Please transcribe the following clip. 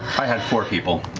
i had four people.